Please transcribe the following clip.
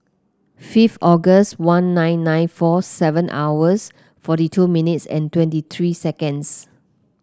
fifth August one nine nine four seven hours forty two minutes and twenty three seconds